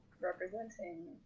representing